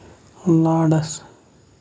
loads